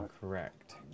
correct